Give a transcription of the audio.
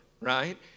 right